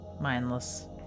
mindless